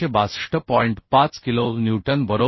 5 kilonewton बरोबर